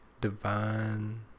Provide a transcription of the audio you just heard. divine